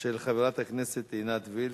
הצעה לסד-היום מס' 7349, של חברת הכנסת עינת וילף.